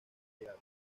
teatro